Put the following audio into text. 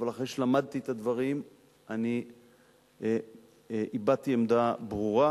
אבל אחרי שלמדתי את הדברים אני הבעתי עמדה ברורה,